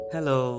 Hello